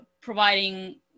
providing